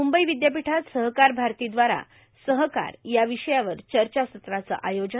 मुंबई विद्यापीठात सहकार भारतीद्वारा सहकार या विषयावर चर्चासत्राचं आयोजन